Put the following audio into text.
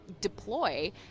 deploy